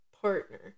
partner